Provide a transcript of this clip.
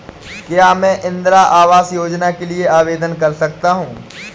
क्या मैं इंदिरा आवास योजना के लिए आवेदन कर सकता हूँ?